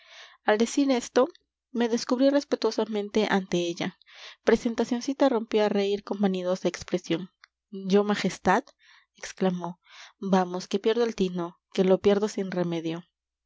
al decir esto me descubrí respetuosamente ante ella presentacioncita rompió a reír con vanidosa expresión yo majestad exclamó vamos que pierdo el tino que lo pierdo sin remedio